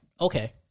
Okay